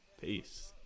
Peace